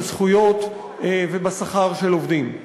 בזכויות ובשכר של עובדים,